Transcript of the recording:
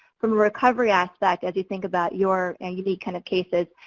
from a recovery aspect, as you think about your and unique kind of cases,